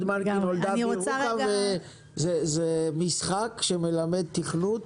זה משחק שמלמד תכנות